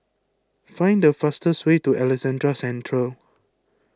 find the fastest way to Alexandra Central